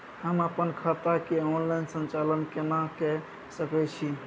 हम अपन खाता के ऑनलाइन संचालन केना के सकै छी?